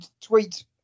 tweet